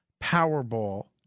Powerball